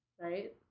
right